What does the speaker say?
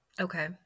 Okay